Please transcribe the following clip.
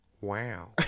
wow